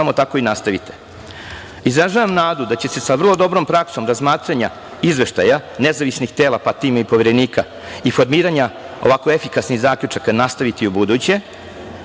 samo tako i nastavite. Izražavam nadu da će sa vrlo dobrom praksom razmatranja izveštaja nezavisnih tela, pa time i Poverenika, i formiranja ovako efikasnih zaključaka nastaviti i u